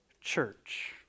church